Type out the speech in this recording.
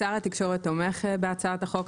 שר התקשורת תומך בהצעת החוק,